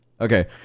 okay